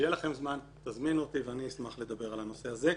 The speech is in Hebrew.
כשיהיה לכם זמן תזמינו אותי ואני אשמח לדבר על הנושא הזה.